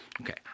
Okay